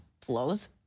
Flows